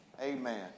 Amen